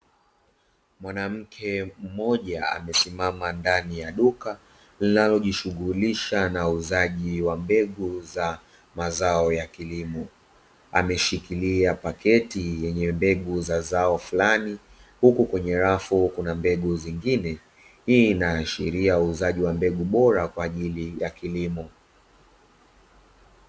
Mwanamke mmoja amesimama ndani ya duka linalojishughulisha na uuzaji wa mbegu za mazao ya kilimo. Ameshikilia pakiti yenye mbegu za zao flani huku kwenye rafu kuna mbegu zingine, hii inaashiria uuzaji wa mbegu bora kwa ajili ya kilimo.